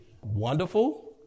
wonderful